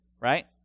right